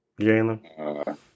Jalen